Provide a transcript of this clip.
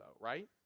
right